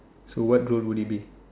so what role would it be